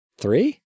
Three